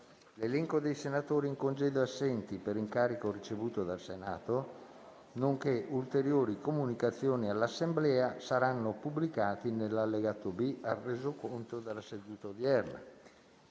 L'elenco dei senatori in congedo e assenti per incarico ricevuto dal Senato, nonché ulteriori comunicazioni all'Assemblea saranno pubblicati nell'allegato B al Resoconto della seduta odierna.